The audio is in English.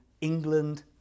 England